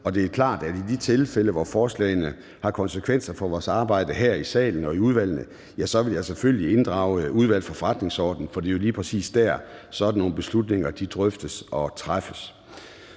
Det er klart, at i de tilfælde, hvor forslagene har konsekvenser for vores arbejde her i salen og i udvalgene, vil jeg selvfølgelig inddrage Udvalget for Forretningsordenen, for det er jo lige præcis der, sådan nogle beslutninger drøftes og træffes.